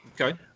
Okay